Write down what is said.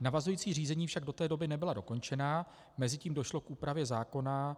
Navazující řízení však do té doby nebyla dokončena, mezitím došlo k úpravě zákona